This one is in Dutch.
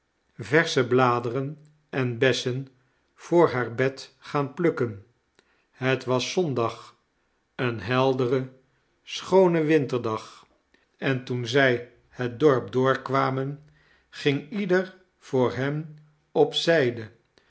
versche bladeren en bessen voor haar bed gaan plukken het was zondag een heldere schoone winterdag en toen zij het dorp doorkwamen ging ieder voor hen op zijde